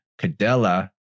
Cadella